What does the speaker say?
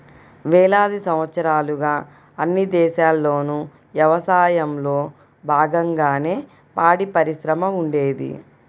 వేలాది సంవత్సరాలుగా అన్ని దేశాల్లోనూ యవసాయంలో బాగంగానే పాడిపరిశ్రమ ఉండేది